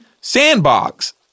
sandbox